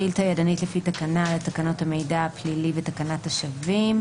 שאילתה ידנית לפי תקנה לתקנות המידע הפלילי ותקנת השבים...